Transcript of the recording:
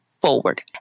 forward